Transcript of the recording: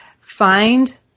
find